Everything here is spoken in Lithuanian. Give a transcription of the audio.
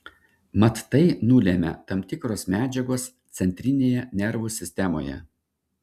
mat tai nulemia tam tikros medžiagos centrinėje nervų sistemoje